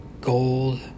gold